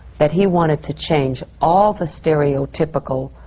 that he wanted to change all the stereotypical